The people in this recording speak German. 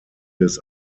des